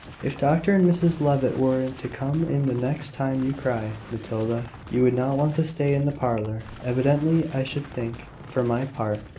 if dr and mrs levitt were to come in the next time you cry, matilda, you would not want to stay in the parlour, evidently, i should think. for my part,